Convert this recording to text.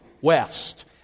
west